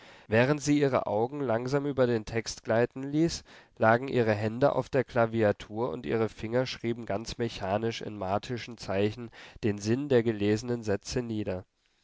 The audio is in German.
während sie ihre augen langsam über den text gleiten ließ lagen ihre hände auf der klaviatur und ihre finger schrieben ganz mechanisch in martischen zeichen den sinn der gelesenen sätze nieder